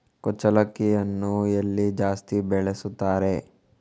ಕುಚ್ಚಲಕ್ಕಿಯನ್ನು ಎಲ್ಲಿ ಜಾಸ್ತಿ ಬೆಳೆಸುತ್ತಾರೆ?